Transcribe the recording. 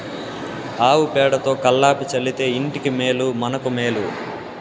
ఆవు పేడతో కళ్లాపి చల్లితే ఇంటికి మేలు మనకు మేలు